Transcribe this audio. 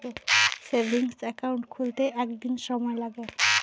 Savings account খুলতে কতদিন সময় লাগে?